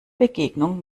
begegnung